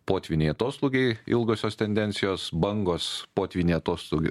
potvyniai atoslūgiai ilgosios tendencijos bangos potvyniai atoslūgiai